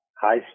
high